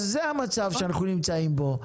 זה המצב שאנחנו נמצאים בו.